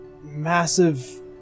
massive